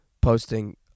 posting